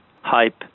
hype